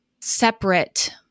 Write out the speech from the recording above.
separate